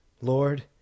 Lord